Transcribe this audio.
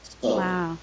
Wow